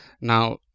Now